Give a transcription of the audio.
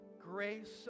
grace